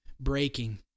breaking